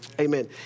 Amen